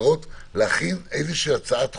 להכין איזו הצעת חוק,